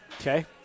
Okay